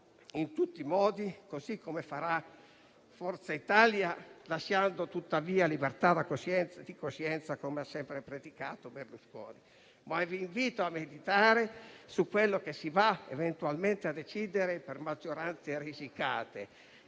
in tutti i modi, così come farà Forza Italia, lasciando tuttavia libertà di coscienza, come ha sempre predicato Berlusconi. Vi invito a meditare su quello che si va eventualmente a decidere con maggioranze risicate: